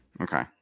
Okay